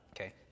Okay